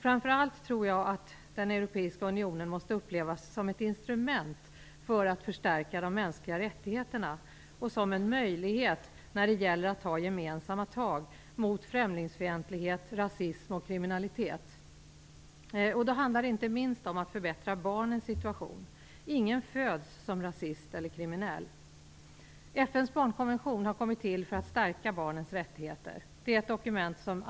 Framför allt tror jag att den europeiska unionen måste upplevas som ett instrument för att förstärka de mänskliga rättigheterna och som en möjlighet när det gäller att ta gemensamma tag mot främlingsfientlighet, rasism och kriminalitet. Det handlar inte minst om att förbättra barnens situation. Ingen föds till rasist eller kriminell. FN:s barnkonvention har kommit till för att förstärka barnens rättigheter.